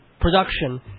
production